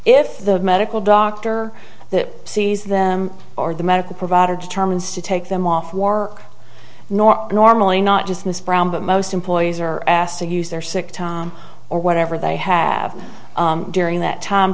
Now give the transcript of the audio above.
if the medical doctor that sees them or the medical provider determines to take them off war nor normally not just miss brown but most employees are asked to use their sick time or whatever they have during that time